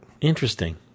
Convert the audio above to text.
Interesting